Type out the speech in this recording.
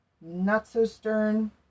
not-so-stern